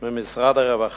לפניותיהן ממשרד הרווחה.